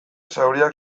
zauriak